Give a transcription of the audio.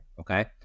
Okay